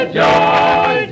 joy